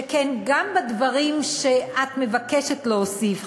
שכן גם בדברים שאת מבקשת להוסיף,